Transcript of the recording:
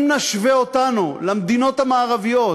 אם נשווה אותנו למדיניות המערביות,